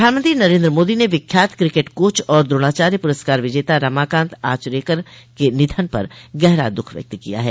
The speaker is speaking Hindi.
प्रधानमंत्री नरेन्द्र मोदी ने विख्यात क्रिकेट कोच और द्रोणाचार्य पुरस्कार विजेता रमाकांत आचरेकर के निधन पर गहरा दुःख व्यक्त किया है